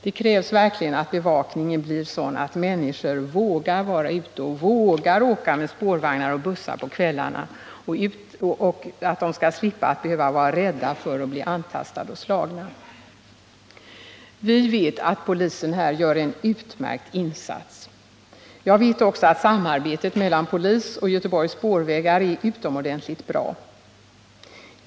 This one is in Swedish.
Det krävs verkligen att bevakningen blir sådan att människor vågar vara ute och vågar åka med spårvagnar och bussar på kvällarna utan att behöva vara rädda för att bli antastade och slagna. Vi vet att polisen här gör en utmärkt insats. Jag vet också att samarbetet mellan polisen och Göteborgs spårvägar är utomordenligt bra.